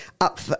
up